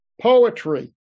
Poetry